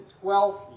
twelfth